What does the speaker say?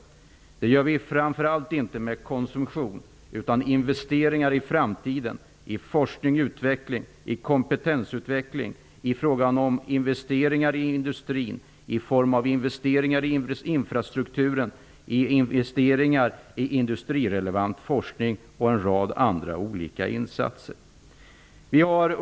Detta gör vi framför allt inte genom konsumtion utan genom investeringar i framtiden, i forskning och utveckling, i kompetensutveckling, i industrin, i infrastruktur, i industrirelevant forskning och genom en rad andra olika insatser.